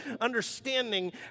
understanding